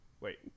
Wait